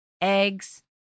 eggs